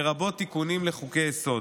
לרבות תיקונים לחוקי-יסוד.